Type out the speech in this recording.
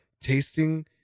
tasting